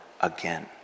again